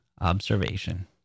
observation